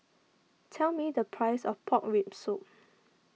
tell me the price of Pork Rib Soup